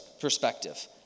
perspective